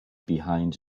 behind